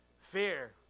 fear